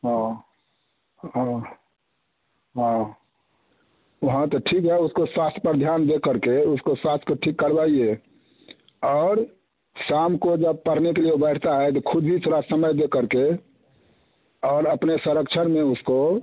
हाँ हाँ हाँ हाँ तो ठीक है उसको स्वास्थ्य पर ध्यान दे कर के उसको स्वास्थ्य को ठीक करवाइए और शाम को जब पढ़ने के लिए वो बैठता है तो ख़ुद ही थोड़ा समय दे कर के और अपने संरक्षण में उसको